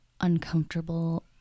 uncomfortable